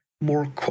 more